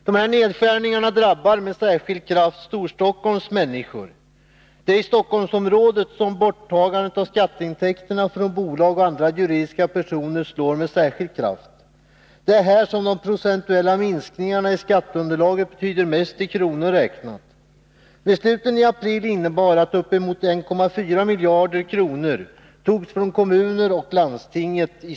Dessa nedskärningar drabbar med särskild kraft Storstockholms människor. Det är i Stockholmsområdet som borttagandet av skatteintäkterna från bolag och andra juridiska personer slår med särskild kraft. Det är här som de procentuella minskningarna i skatteunderlaget betyder mest i kronor räknat. Besluten i april innebar att uppemot 1,4 miljarder kronor togs från kommuner och landstinget.